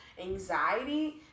anxiety